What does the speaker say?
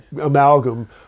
amalgam